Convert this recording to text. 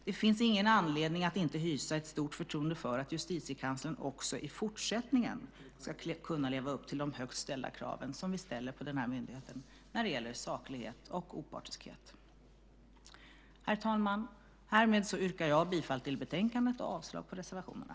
Det finns ingen anledning att inte hysa ett stort förtroende för att Justitiekanslern också i fortsättningen ska kunna leva upp till de högt ställda krav som vi ställer på myndigheten när det gäller saklighet och opartiskhet. Herr talman! Härmed yrkar jag bifall till utskottets förslag till beslut i betänkandet och avslag på reservationerna.